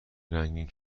رنگین